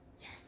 Yes